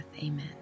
Amen